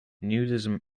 nudism